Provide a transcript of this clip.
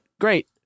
great